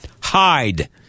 Hide